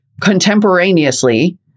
contemporaneously